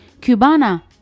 cubana